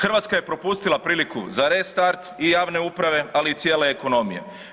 Hrvatska je propustila priliku za restart i javne uprave, ali i cijele ekonomije.